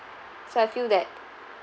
so I feel that